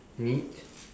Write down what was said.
meat